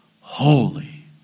holy